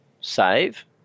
save